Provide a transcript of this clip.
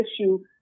issue